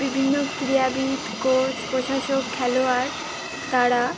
বিভিন্ন ক্রীড়াবিদ কোচ প্রশাসক খেলোয়াড় তারা